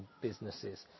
businesses